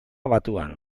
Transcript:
batuan